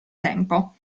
tempo